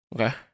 Okay